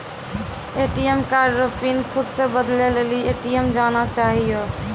ATM card रो pin खुद से बदलै लेली ए.टी.एम जाना चाहियो